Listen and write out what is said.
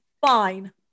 fine